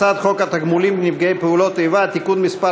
הצעת חוק התגמולים לנפגעי פעולות איבה (תיקון מס'